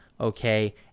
okay